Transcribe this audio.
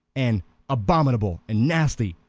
and abominable, and nasty,